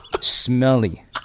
smelly